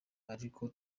ariko